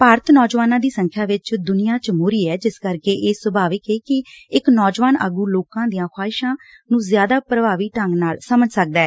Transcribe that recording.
ਭਾਰਤ ਨੌਜਵਾਨਾਂ ਦੀ ਸੰਖਿਆ ਵਿੱਚ ਦੁਨੀਆ 'ਚ ਮੋਹਰੀ ਹੈ ਜਿਸ ਕਰਕੇ ਇਹ ਸੁਭਾਵਿਕ ਏ ਕਿ ਇਕ ਨੌਜਵਾਨ ਆਗੁ ਲੋਕਾਂ ਦੀਆਂ ਖਾਹਿਸ਼ਾਂ ਨੰ ਜ਼ਿੱਆਦਾ ਪੂਭਾਵੀ ਢੰਗ ਨਾਲ ਸਮਝ ਸਕਦੈ